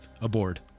aboard